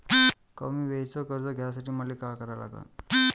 कमी वेळेचं कर्ज घ्यासाठी मले का करा लागन?